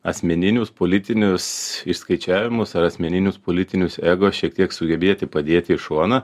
asmeninius politinius išskaičiavimus ar asmeninius politinius ego šiek tiek sugebėti padėti į šoną